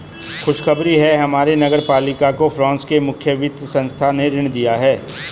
खुशखबरी है हमारे नगर पालिका को फ्रांस के मुख्य वित्त संस्थान ने ऋण दिया है